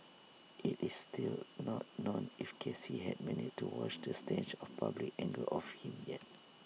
IT is still not known if Casey had managed to wash the stench of public anger off him yet